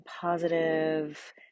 positive